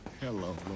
Hello